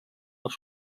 les